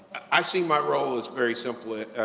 i see my role as very simple, ah,